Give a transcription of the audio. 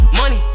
money